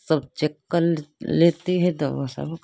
सब चेक कर लेती हैं तो वह सब